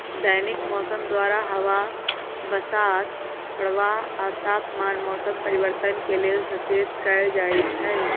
दैनिक मौसम द्वारा हवा बसात प्रवाह आ तापमान मौसम परिवर्तन के लेल सचेत कएल जाइत हइ